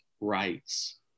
rights